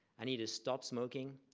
i need to stop smoking.